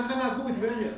ככה, ככה נהגו בטבריה.